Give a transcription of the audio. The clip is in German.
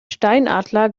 steinadler